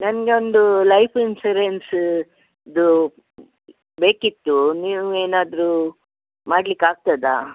ನನಗೆ ಒಂದು ಲೈಪ್ ಇನ್ಸೂರೆನ್ಸಿದೂ ಬೇಕಿತ್ತು ನೀವು ಏನಾದರು ಮಾಡ್ಲಿಕೆ ಆಗ್ತದಾ